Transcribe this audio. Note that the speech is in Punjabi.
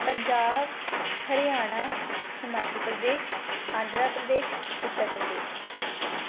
ਪੰਜਾਬ ਹਰਿਆਣਾ ਹਿਮਾਚਲ ਪ੍ਰਦੇਸ਼ ਆਂਧਰਾ ਪ੍ਰਦੇਸ਼ ਉੱਤਰ ਪ੍ਰਦੇਸ਼